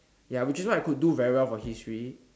ya which is why I could do very well for history